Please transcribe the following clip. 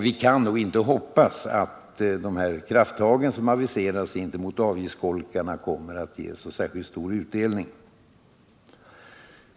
Vi kan nog inte hoppas att de här krafttagen som aviserades gentemot avgiftsskolkare kommer att ge särskilt stor utdelning.